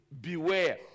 beware